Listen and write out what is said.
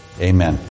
Amen